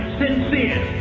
sincere